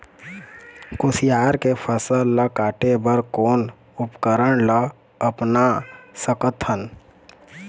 कुसियार के फसल ला काटे बर कोन उपकरण ला अपना सकथन?